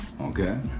okay